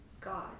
God